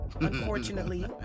Unfortunately